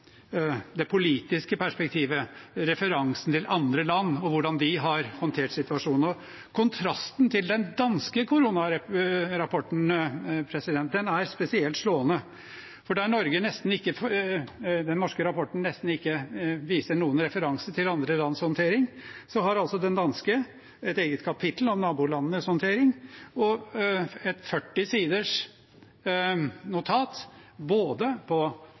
Det vil si det politiske perspektivet, referansen til andre land og hvordan de har håndtert situasjonen. Kontrasten til den danske koronarapporten er spesielt slående. For der den norske rapporten nesten ikke viser noen referanser til andre lands håndtering, har altså den danske et eget kapittel om nabolandenes håndtering og et 40 siders notat om både